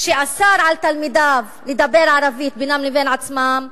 שאסר על תלמידיו לדבר ערבית בינם לבין עצמם,